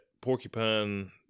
porcupine